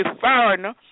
foreigner